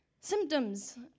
symptoms